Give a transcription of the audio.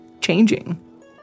changing